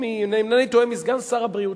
פשוט